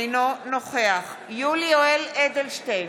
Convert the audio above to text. אינו נוכח יולי יואל אדלשטיין,